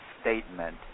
statement